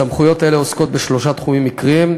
סמכויות אלה עוסקות בשלושה תחומים עיקריים: